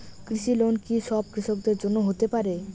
কৃষি লোন কি সব কৃষকদের জন্য হতে পারে?